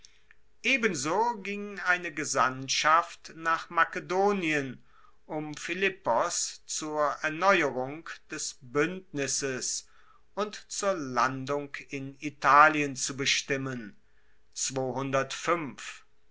ebenso ging eine gesandtschaft nach makedonien um philippos zur erneuerung des buendnisses und zur landung in italien zu bestimmen